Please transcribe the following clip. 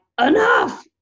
enough